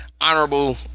honorable